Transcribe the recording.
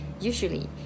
usually